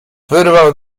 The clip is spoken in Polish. wyrwał